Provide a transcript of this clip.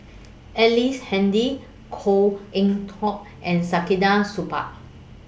Ellice Handy Koh Eng Hoon and Saktiandi Supaat